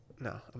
No